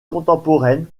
contemporaines